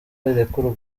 arekurwa